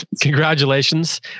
Congratulations